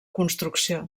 construcció